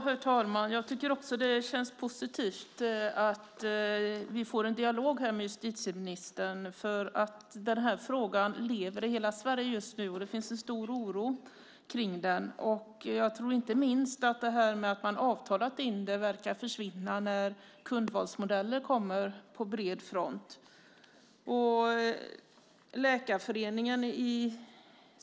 Herr talman! Jag tycker också att det känns positivt att vi får en dialog här med justitieministern, för den här frågan lever i hela Sverige just nu och det finns en stor oro kring den. Inte minst detta att man avtalat in det verkar försvinna när kundvalsmodeller kommer på bred front.